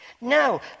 No